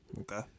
okay